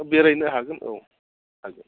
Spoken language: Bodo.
बेरायनो हागोन औ हागोन